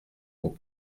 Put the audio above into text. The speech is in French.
pour